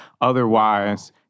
Otherwise